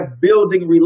building